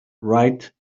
write